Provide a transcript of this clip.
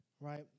Right